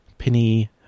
Penny